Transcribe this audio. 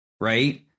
Right